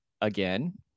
again